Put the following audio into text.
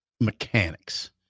mechanics